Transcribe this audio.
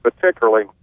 particularly